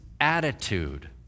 attitude